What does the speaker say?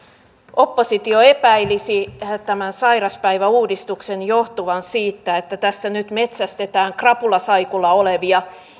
oppositio epäilisi tämän sairaspäiväuudistuksen johtuvan siitä että tässä nyt metsästetään krapulasaikulla olevia